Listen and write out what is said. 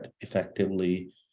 effectively